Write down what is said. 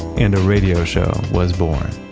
and a radio show was born.